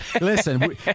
Listen